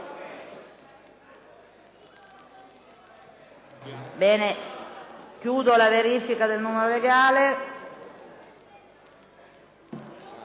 (PD). Chiediamo la verifica del numero legale.